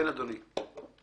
כן, אדוני.